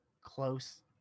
close